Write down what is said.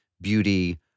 beauty